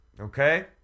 Okay